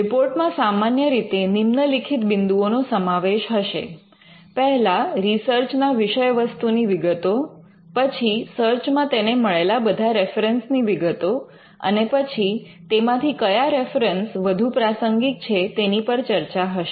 રિપોર્ટમાં સામાન્ય રીતે નિમ્નલિખિત બિંદુઓનો સમાવેશ હશે પહેલા રિસર્ચ ના વિષયવસ્તુની વિગતો પછી સર્ચ મા તેને મળેલા બધા રેફરન્સ ની વિગતો અને પછી તેમાંથી કયા રેફરન્સ વધુ પ્રાસંગિક છે તેની પર ચર્ચા હશે